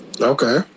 Okay